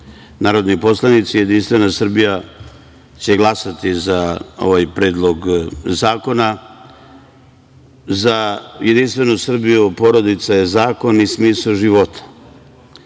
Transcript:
narodni poslanici, Jedinstvena Srbija će glasati za ovaj predlog zakona.Za Jedinstvenu Srbiju porodica je zakon i smisao života.